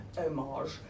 homage